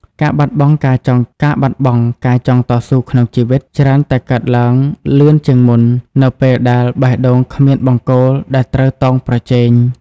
ការបាត់បង់ការចង់តស៊ូក្នុងជីវិត ច្រើនតែកើតឡើងលឿនជាងមុន នៅពេលដែលបេះដូងគ្មានបង្គោលដែលត្រូវតោងប្រជែង។